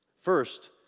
First